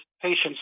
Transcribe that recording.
patients